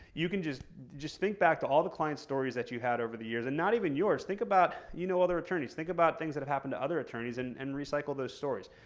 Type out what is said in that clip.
you can just just think back to all the client stories that you've had over the years. and not even yours. think about, you know other attorneys, think about things that have happened to other attorneys and and recycle those stories.